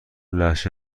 لهجه